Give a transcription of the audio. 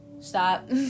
stop